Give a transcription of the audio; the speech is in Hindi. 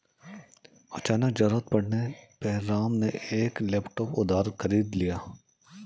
अचानक ज़रूरत पड़ने पे राम ने एक लैपटॉप उधार खरीद लिया